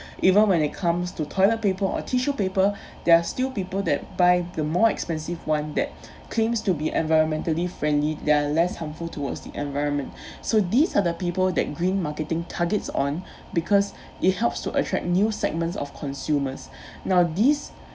even when it comes to toilet paper or tissue paper there are still people that buy the more expensive one that claims to be environmentally friendly they're less harmful towards the environment so these are the people that green marketing targets on because it helps to attract new segments of consumers now these